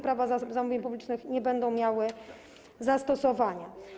Prawa zamówień publicznych nie będą miały zastosowania.